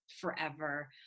forever